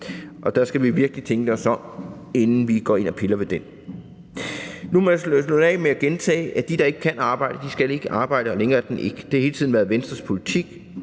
og der skal vi virkelig tænke os om, inden vi går ind og piller ved den. Nu må jeg slutte af med at gentage, at de, der ikke kan arbejde, ikke skal arbejde, og længere er den ikke. Det har hele tiden været Venstres politik,